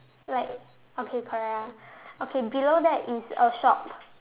like okay correct ah okay below that is a shop